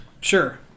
sure